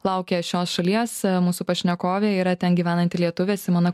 laukia šios šalies mūsų pašnekovė yra ten gyvenanti lietuvė simona